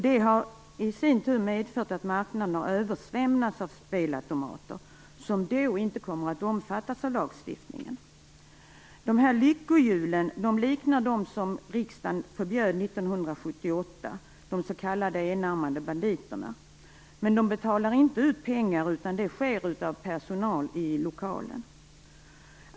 Detta har i sin tur medfört att marknaden översvämmats av spelautomater, som då inte omfattas av lagstiftningen. Lyckohjulen liknar de s.k. enarmade banditerna, som riksdagen förbjöd 1978, men de betalar inte ut pengar, utan detta gör personal i lokalen.